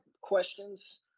questions